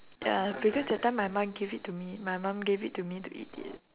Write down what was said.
ya because that time my mum gave it to me my mum gave it to me to eat it